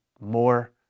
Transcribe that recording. more